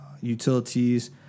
utilities